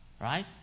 right